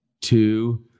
two